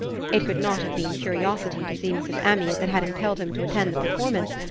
it could not have been curiosity to see mrs. amyot that had impelled him to attend the performance,